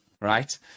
right